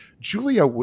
Julia